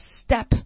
step